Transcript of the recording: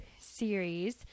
series